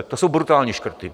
To jsou brutální škrty.